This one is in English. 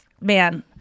man